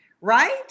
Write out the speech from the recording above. right